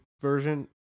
version